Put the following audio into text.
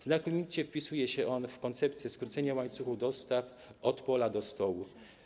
Znakomicie wpisuje się on w koncepcję skrócenia łańcucha dostaw: od pola do stołu.